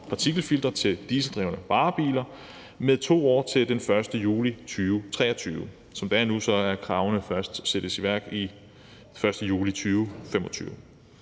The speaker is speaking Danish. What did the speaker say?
partikelfilter til dieseldrevne varebiler med 2 år til den 1. juli 2023. Som det er nu, træder kravene først i kraft den 1. juli 2025.